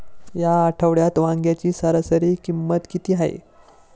या आठवड्यात वांग्याची सरासरी किंमत किती आहे?